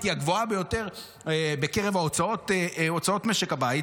היא הגבוהה ביותר בין הוצאות משק הבית,